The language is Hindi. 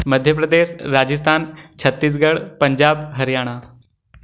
मध्य प्रदेश राजस्थान छत्तीसगढ़ पंजाब हरियाणा